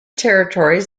territories